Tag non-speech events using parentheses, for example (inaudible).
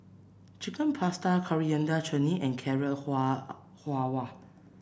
Chicken Pasta Coriander Chutney and Carrot (unintelligible) Halwa